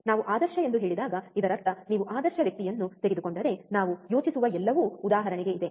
ನಾವು ಆದರ್ಶ ಎಂದು ಹೇಳಿದಾಗ ಇದರರ್ಥ ನೀವು ಆದರ್ಶ ವ್ಯಕ್ತಿಯನ್ನು ತೆಗೆದುಕೊಂಡರೆ ನಾವು ಯೋಚಿಸುವ ಎಲ್ಲವೂ ಉದಾಹರಣೆಗೆ ಇದೆ